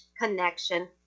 connection